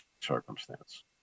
circumstance